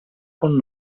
con